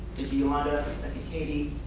you yolanda katie.